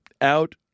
Out